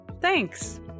thanks